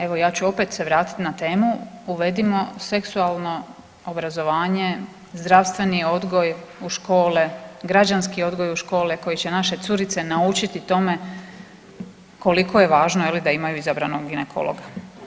Evo ja ću opet se vratiti na temu uvedimo seksualno obrazovanje, zdravstveni odgoj u škole, građanski odgoj u škole koji će naše curice naučiti tome koliko je važno da imaju izabranog ginekologa.